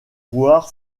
voir